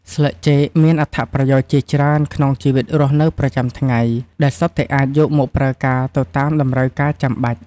ស្លឹកចេកមានអត្ថប្រយោជន៍ជាច្រើនក្នុងជីវិតរស់នៅប្រចាំថ្ងៃ ដែលសុទ្ធតែអាចយកមកប្រើការទៅតាមតម្រូវការចាំបាច់។